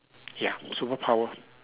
ya superpower